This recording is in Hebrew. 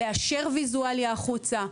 לאשר ויזואליה החוצה.